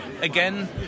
again